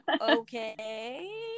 okay